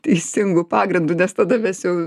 teisingu pagrindu nes tada mes jau